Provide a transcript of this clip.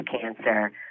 cancer